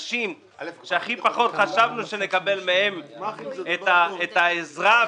ומהאנשים שהכי פחות חשבנו שנקבל מהם את העזרה,